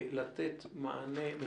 לתת מענה,